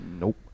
Nope